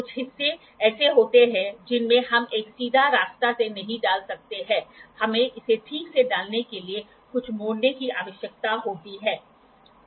कुछ हिस्से ऐसे होते हैं जिनमें हम एक सीधा रास्ता से नहीं डाल सकते हैं हमें इसे ठीक से डालने के लिए कुछ मोड़ने की आवश्यकता होती है